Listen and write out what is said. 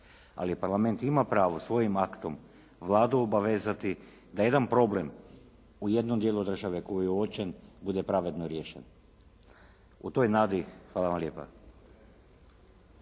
ali Parlament ima pravo svojim aktom Vladu obavezati da jedan problem u jednom dijelu države koji je uočen bude pravedno riješen. U toj nadi, hvala vam lijepa.